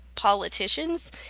Politicians